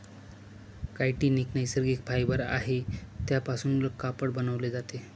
chitin एक नैसर्गिक fibre आहे त्यापासून कापड बनवले जाते